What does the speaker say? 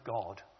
God